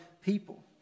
people